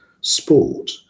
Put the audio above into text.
sport